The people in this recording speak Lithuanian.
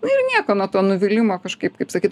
nu ir nieko nuo to nuvylimo kažkaip kaip sakyt